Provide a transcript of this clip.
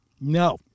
No